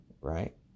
right